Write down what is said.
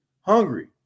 hungry